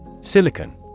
Silicon